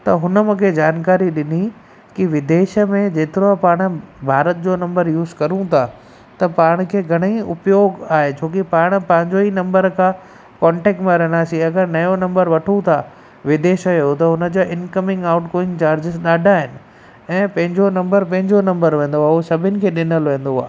त हुन मुखे जानकारी ॾिनी की विदेश में जेतिरा पाण भारत जो नंबर यूस कयूं था त पाण खे घणेई उपयोग आहे छोकी पाण पंहिंजो ई नंबर खां कॉन्टेक्ट में रहंदासीं अगरि नयो नंबर वठूं था विदेश जो त हुन जो इनकमिंग आउटगोइंग चार्जिस ॾाढा आहिनि ऐं पंहिंजो नंबर पंहिंजो नंबर वेंदो सभिनि खे ॾिनल वेंदो आहे